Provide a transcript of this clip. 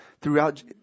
throughout